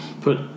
put